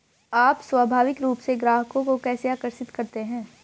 आप स्वाभाविक रूप से ग्राहकों को कैसे आकर्षित करते हैं?